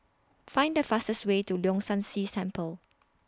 Find The fastest Way to Leong San See Temple